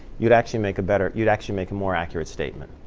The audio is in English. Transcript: you'd actually make a better you'd actually make a more accurate statement.